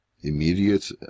immediate